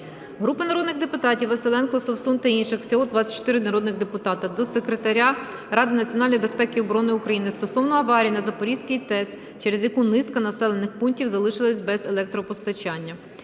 Групи народних депутатів (Василенко, Совсун та інших. Всього 24 народні депутати) до Секретаря Ради національної безпеки і оборони України стосовно аварії на Запорізькій ТЕС, через яку низка населених пунктів залишились без електропостачання.